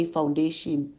Foundation